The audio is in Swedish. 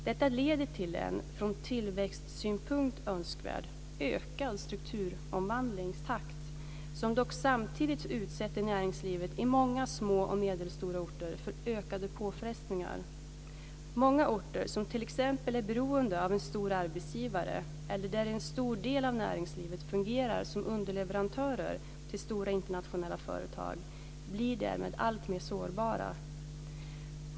Detta leder till en, från tillväxtsynpunkt önskvärd, ökad strukturomvandlingstakt, som dock samtidigt utsätter näringslivet i många små och medelstora orter för ökade påfrestningar. Många orter, som t.ex. är beroende av en stor arbetsgivare eller där en stor del av näringslivet fungerar som underleverantörer till stora internationella företag, blir därmed alltmer sårbara.